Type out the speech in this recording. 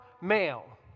male